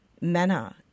manner